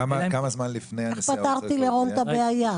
כמה זמן לפני הנסיעה הוא צריך להזמין?